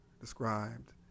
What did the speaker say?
described